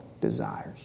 desires